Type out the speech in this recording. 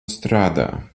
strādā